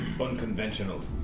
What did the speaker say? unconventional